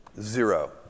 Zero